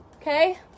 Okay